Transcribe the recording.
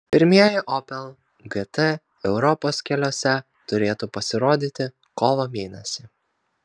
pirmieji opel gt europos keliuose turėtų pasirodyti kovo mėnesį